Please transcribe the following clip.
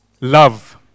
love